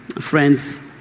Friends